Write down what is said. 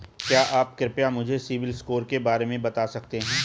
क्या आप कृपया मुझे सिबिल स्कोर के बारे में बता सकते हैं?